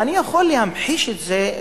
אני יכול להמחיש את זה,